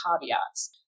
caveats